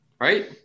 right